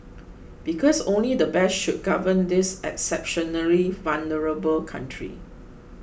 because only the best should govern this exceptionally vulnerable country